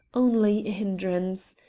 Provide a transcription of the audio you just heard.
only a hindrance.